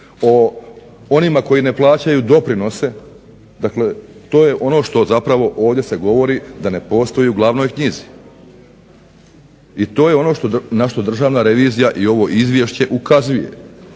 o onima koji ne plaćaju doprinose, dakle to je ono što zapravo ovdje se govori da ne postoji u glavnoj knjizi. I to je ono na što Državna revizija i ovo izvješće ukazuje.